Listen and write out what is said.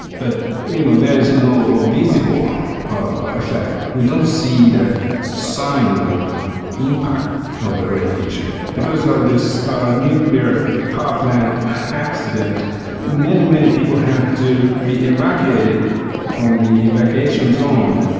but you know there is no visible effect, we don't see the sign of impact of the radiation. because of this nuclear power plant accident many, many people had to be evacuated from the evacuation zone,